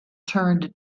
turned